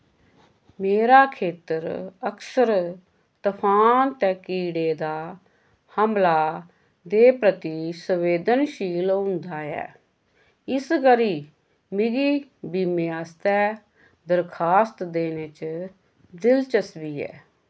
मेरा खेतर अक्सर तफान ते कीड़े दा हमला दे प्रति संवेदनशील होंदा ऐ इस करी मिगी बीमे आस्तै दरखास्त देने च दिलचस्वी ऐ